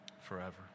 forever